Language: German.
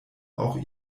auch